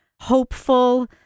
hopeful